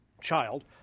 child